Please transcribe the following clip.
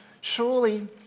surely